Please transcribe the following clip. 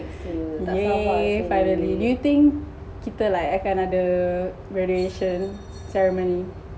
!yay! finally do you think kita like akan ada graduation ceremony